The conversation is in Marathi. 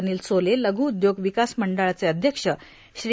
अनिल सोले लघू उद्योग विकास मंडळाचे अध्यक्ष श्री